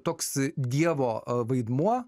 toks dievo vaidmuo